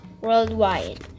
worldwide